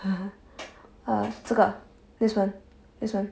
uh 这个 this one this one